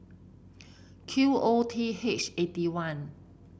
Q O T H eighty one